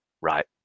right